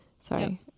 Sorry